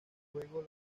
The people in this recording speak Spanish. juego